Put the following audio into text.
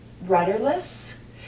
rudderless